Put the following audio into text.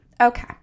Okay